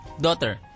daughter